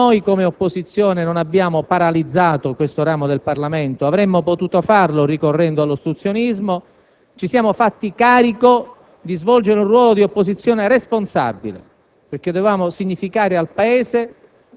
Non siamo stati paralizzati. Come opposizione non abbiamo paralizzato questo ramo del Parlamento, anche se avremmo potuto farlo ricorrendo all'ostruzionismo. Ci siamo fatti carico di svolgere un ruolo d'opposizione responsabile